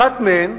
אחת מהן,